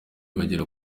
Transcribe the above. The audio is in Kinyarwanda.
bagera